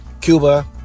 Cuba